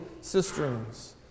cisterns